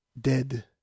dead